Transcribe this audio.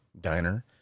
diner